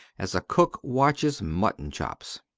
as a cook watches mutton chops.